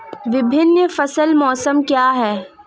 विभिन्न फसल मौसम क्या हैं?